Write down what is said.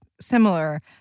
similar